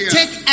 take